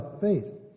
faith